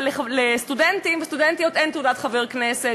אבל לסטודנטים ולסטודנטיות אין תעודת חבר כנסת